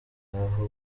nk’aho